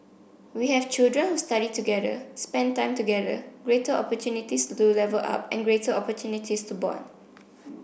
we have children who study together spent time together greater opportunities to level up and greater opportunities to bond